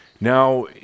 now